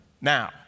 Now